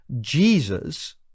Jesus